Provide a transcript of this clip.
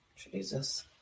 Jesus